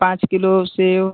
पाँच किलो सेब